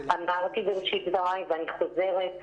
אמרתי בראשית דבריי ואני חוזרת,